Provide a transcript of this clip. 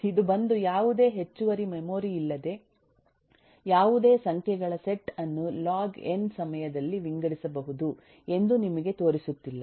ಇದು ಬಂದು ಯಾವುದೇ ಹೆಚ್ಚುವರಿ ಮೆಮೊರಿ ಇಲ್ಲದೆ ಯಾವುದೇ ಸಂಖ್ಯೆಗಳ ಸೆಟ್ ಅನ್ನು ಲಾಗ್ ಎನ್ ಸಮಯದಲ್ಲಿ ವಿಂಗಡಿಸಬಹುದು ಎಂದು ನಿಮಗೆ ತೋರಿಸುತ್ತಿಲ್ಲ